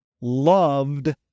loved